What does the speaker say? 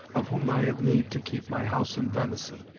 of whom i have need to keep my house in venison.